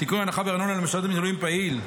(תיקון, הנחה בארנונה למשרת בשירות מילואים פעיל)